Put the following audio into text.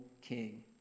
king